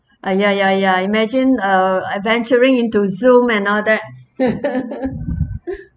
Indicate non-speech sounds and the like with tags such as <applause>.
ah ya ya ya imagine uh adventuring into zoom and all that <laughs>